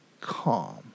calm